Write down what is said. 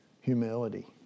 humility